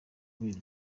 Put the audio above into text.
kubera